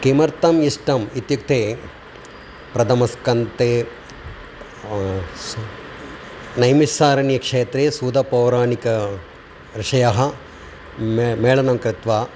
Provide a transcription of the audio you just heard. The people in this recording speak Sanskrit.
किमर्थम् इष्टम् इत्युक्ते प्रथमस्कन्दे नैमिषारण्यक्षेत्रे सूदपौराणीकऋषयः मे मेलनं कृत्वा